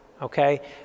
okay